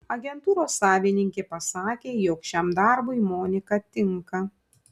agentūros savininkė pasakė jog šiam darbui monika tinka